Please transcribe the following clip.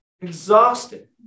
Exhausted